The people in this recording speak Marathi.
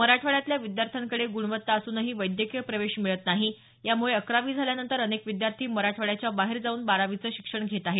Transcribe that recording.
मराठवाड्यातल्या विद्यार्थ्यांकडे ग्णवत्ता असूनही वैद्यकीय प्रवेश मिळत नाही यामुळे अकरावी झाल्यानंतर अनेक विद्यार्थी मराठवाड्याच्या बाहेर जाऊन बारावीचं शिक्षण घेत आहेत